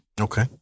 Okay